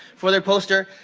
for their poster,